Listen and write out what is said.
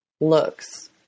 looks